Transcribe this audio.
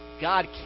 God